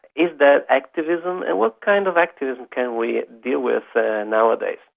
is that activism? and what kind of activism can we deal with ah nowadays?